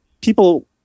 people